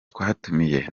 twatumiye